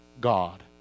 God